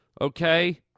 Okay